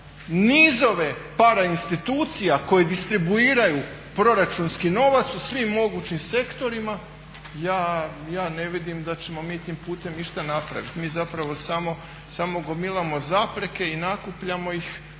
nizove parainstitucija koje distribuiraju proračunski novac u svim mogućim sektorima ja ne vidim da ćemo mi tim putem išta napraviti. Mi zapravo samo gomilamo zapreke i nakupljamo ih